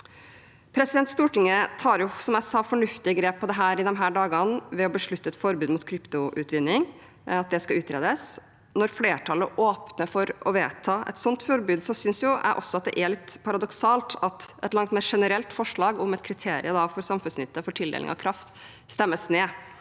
tar, som jeg sa, fornuftige grep på dette i disse dager ved å beslutte at et forbud mot kryptoutvinning skal utredes. Når flertallet åpner for å vedta et sånt forbud, synes jeg det er litt paradoksalt at et langt mer generelt forslag om et kriterium om samfunnsnytte for tildeling av kraft stemmes ned.